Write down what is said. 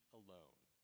alone